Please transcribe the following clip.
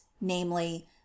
namely